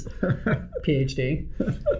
PhD